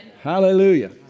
Hallelujah